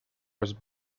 was